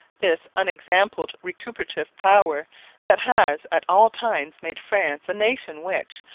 this unexampled recuperative power that has at all times made france a nation which,